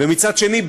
ומצד שני,